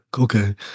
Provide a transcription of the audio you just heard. okay